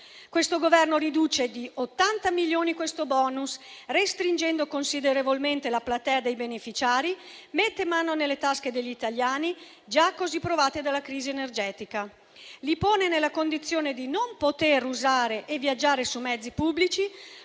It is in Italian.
il contrario: riduce di 80 milioni il bonus, restringendo considerevolmente la platea dei beneficiari; mette mano nelle tasche degli italiani, già così provati dalla crisi energetica; li pone nella condizione di non poter usare e viaggiare sui mezzi pubblici;